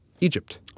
Egypt